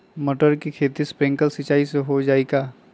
मटर के खेती स्प्रिंकलर सिंचाई से हो जाई का?